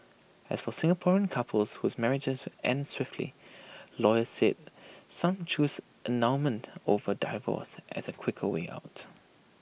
as for Singaporean couples whose marriages end swiftly lawyers said some choose annulment over divorce as A quicker way out